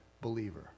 believer